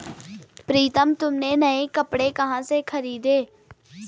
प्रितम तुमने नए कपड़े कहां से खरीदें?